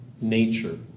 nature